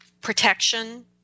Protection